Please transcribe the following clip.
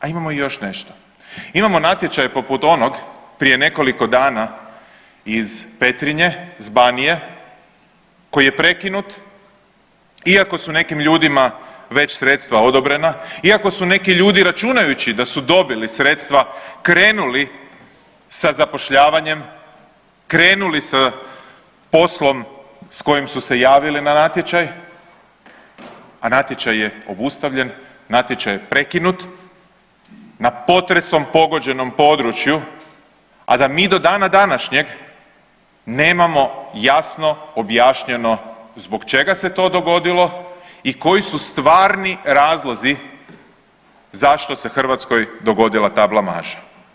A imamo i još nešto, imamo natječaje poput onog prije nekoliko dana iz Petrinje s Banije koji je prekinut, iako su nekim ljudima već sredstva odobrena, iako su neki ljudi računajući da su dobili sredstva krenuli sa zapošljavanjem, krenuli sa poslom s kojim su se javili na natječaj, a natječaj je obustavljen, natječaj je prekinut na potresom pogođenom području, a da mi do dana današnjeg nemamo jasno objašnjeno zbog čega se to dogodilo i koji su tvarni razlozi zašto se Hrvatskoj dogodila ta blamaža.